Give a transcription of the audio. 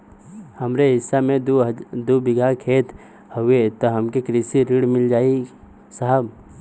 हमरे हिस्सा मे दू बिगहा खेत हउए त हमके कृषि ऋण मिल जाई साहब?